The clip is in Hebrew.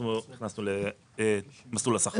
הכנסנו למסלול השכר.